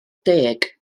deg